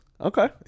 Okay